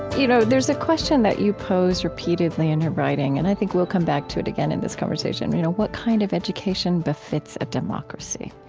you know there's a question that you pose repeatedly in your writing, and i think we'll come back to it again in this conversation you know what kind of education befits a democracy?